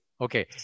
Okay